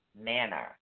manner